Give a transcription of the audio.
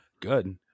Good